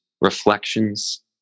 reflections